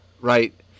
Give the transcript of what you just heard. right